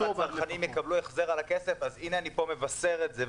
צרכנים יקבלו החזר על הכסף הנה אני פה מבשר את זה,